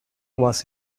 was